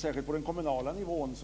Särskilt på den kommunala nivån